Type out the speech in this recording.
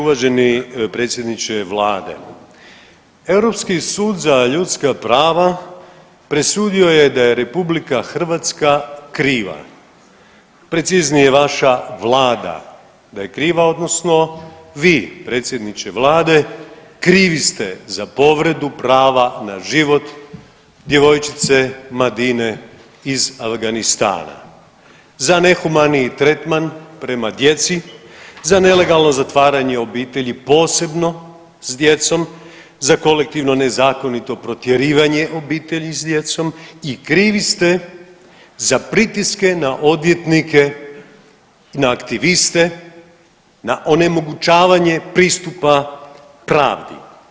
Uvaženi predsjedniče Vlade, Europski sud za ljudska prava presudio je da je Republika Hrvatska kriva, preciznije vaša Vlada da je kriva odnosno vi predsjedniče Vlade krivi ste za povredu prava na život djevojčice Madine iz Afganistana za nehumani tretman prema djeci, za nelegalno zatvaranje obitelji posebno s djecom, za kolektivno nezakonito protjerivanje obitelji s djecom i krivi ste za pritiske na odvjetnike, na aktiviste, na onemogućavanje pristupa pravdi.